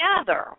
together